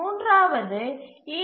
மூன்றாவது ஈ